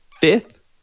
fifth